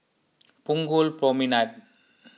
Punggol Promenade